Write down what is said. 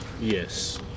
Yes